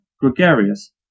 gregarious